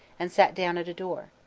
and sat down at a door.